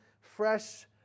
fresh